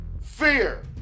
Fear